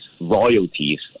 royalties